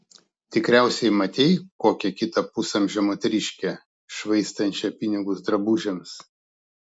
tikriausiai matei kokią kitą pusamžę moteriškę švaistančią pinigus drabužiams